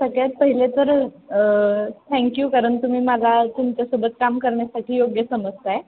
सगळ्यात पहिले तर थँक्यू कारण तुम्ही माझा तुमच्यासोबत काम करण्यासाठी योग्य समजत आहे